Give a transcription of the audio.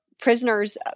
prisoners